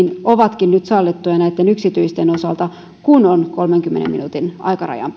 ovatkin nyt sallittuja näitten yksityisten osalta kun on kolmenkymmenen minuutin aikarajan